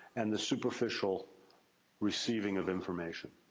and superficial receiving of information.